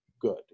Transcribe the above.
good